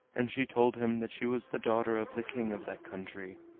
and she told him that she was the daughter of the king of that country,